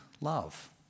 love